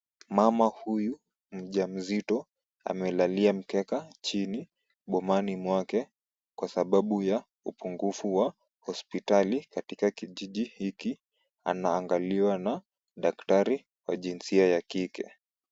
Mama huyu mjamzito amelalia mkeka chini bomani mwake, kwa sababu ya upungufu wa hospitali katika kijiji hiki. Anaangaliwa na daktari wa jinsia ya kike.